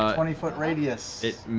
ah twenty foot radius.